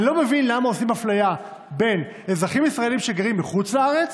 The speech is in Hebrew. אני לא מבין למה עושים אפליה בין אזרחים ישראלים שגרים בחוץ לארץ,